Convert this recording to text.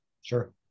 Sure